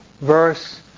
verse